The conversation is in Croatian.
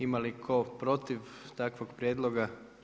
Ima li tko protiv takvog prijedloga?